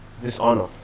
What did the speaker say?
dishonor